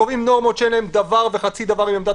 קובעים נורמות שאין להן דבר וחצי דבר עם עמדת